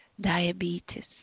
Diabetes